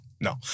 no